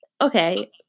Okay